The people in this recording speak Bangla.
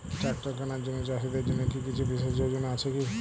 ট্রাক্টর কেনার জন্য চাষীদের জন্য কী কিছু বিশেষ যোজনা আছে কি?